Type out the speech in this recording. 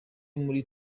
muri